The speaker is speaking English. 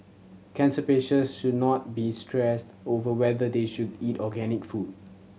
cancer patients should not be stressed over whether they should eat organic food